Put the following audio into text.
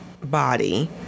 body